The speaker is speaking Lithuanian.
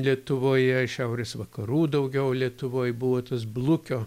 lietuvoje šiaurės vakarų daugiau lietuvoj buvo tas blukio